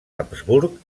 habsburg